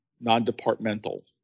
non-departmental